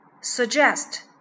suggest